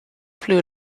flew